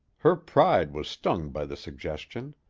her pride was stung by the suggestion.